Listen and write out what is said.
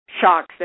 shocks